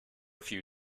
few